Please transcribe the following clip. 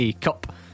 Cup